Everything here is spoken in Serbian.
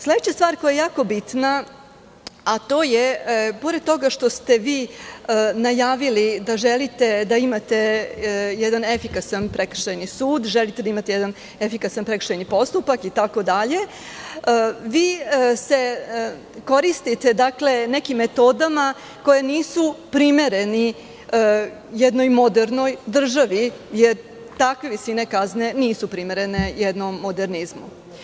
Sledeća stvar koja je jako bitna je, pored toga što ste vi najavili da želite da imate jedan efikasan prekršajni sud, želite da imate efikasan prekršajni postupak itd, vi se koristite nekim metodama koje nisu primerene jednoj modernoj državi, jer takve visine kazne nisu primerene jednom modernizmu.